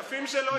לשותפים שלו יש,